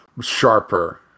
sharper